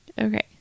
okay